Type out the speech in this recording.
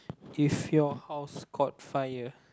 if your house caught fire